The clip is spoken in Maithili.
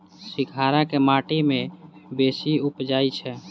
सिंघाड़ा केँ माटि मे बेसी उबजई छै?